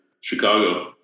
Chicago